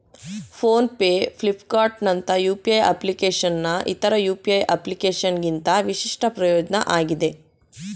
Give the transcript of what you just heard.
phone pay ಫ್ಲಿಪ್ಕಾರ್ಟ್ನಂತ UPI ಅಪ್ಲಿಕೇಶನ್ನ್ ಇತರ ಯು.ಪಿ.ಐ ಅಪ್ಲಿಕೇಶನ್ಗಿಂತ ವಿಶಿಷ್ಟ ಪ್ರಯೋಜ್ನ ಆಗಿದೆ